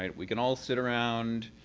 and we can all sit around,